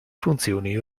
funzioni